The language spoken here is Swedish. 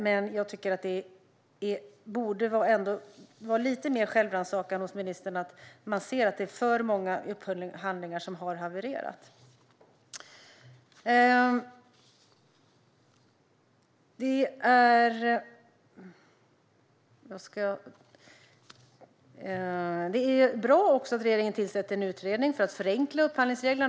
Men jag tycker att det ändå borde finnas lite mer av självrannsakan hos ministern när man ser att det är alltför många upphandlingar som har havererat. Det är bra att regeringen tillsätter en utredning för att förenkla upphandlingsreglerna.